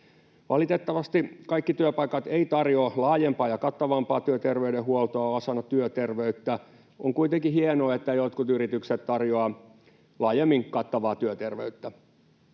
Valitettavasti kaikki työpaikat eivät tarjoa laajempaa ja kattavampaa työterveydenhuoltoa osana työterveyttä. On kuitenkin hienoa, että jotkut yritykset tarjoavat laajemmin kattavaa työterveyttä.